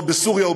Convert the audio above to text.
או בסוריה,